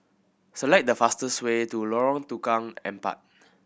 select the fastest way to Lorong Tukang Empat